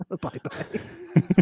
Bye-bye